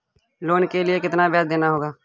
Loan के लिए कितना ब्याज देना होगा?